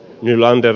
nylander